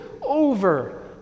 over